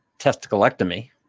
testiclectomy